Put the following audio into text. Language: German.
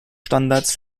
standards